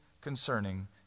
concerning